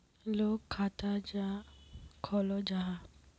लोग खाता चाँ खोलो जाहा?